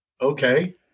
okay